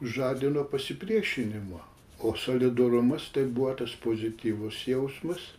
žadino pasipriešinimą o solidarumas tai buvo tas pozityvus jausmas